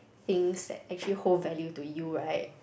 things that actually hold value to you right